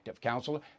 counselor